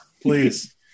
Please